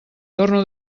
torno